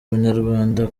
abanyarwanda